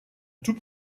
tout